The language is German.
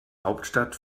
hauptstadt